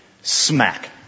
smack